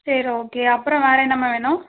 சரி ஓகே அப்புறம் வேறு என்னம்மா வேணும்